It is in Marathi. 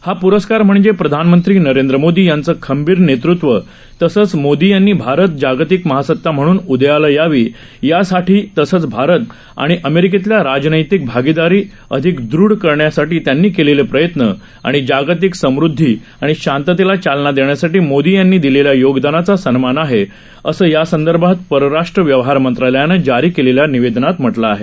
हाप्रस्कारम्हणजेप्रधानमंत्रीनरेंद्रमोदीयांचंखंबीरनेतृत्व तसंचमोदीयांनीभारतजागतिकमहासत्ताम्हणूनउदयालायावीयासाठी तसंचभारतआणिअमेरिकेतल्याराजनैतिकभागिदारीअधिकदृढकरण्यासाठीत्यांनीकेलेलेप्रयत्नआणिजागति कसमृद्धीआणिशांततेलाचालनादेण्यासाठीमोदीयांनीदिलेल्यायोगनादानाचासन्मानआहेअसंयासंदर्भातपर राष्ट्रव्यवहारमंत्रालयानंजारीकेलेल्यानिवेदनातम्हटलंआहे